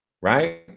Right